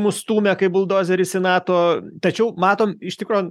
mus stūmė kaip buldozeris į nato tačiau matom iš tikro